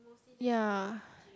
ya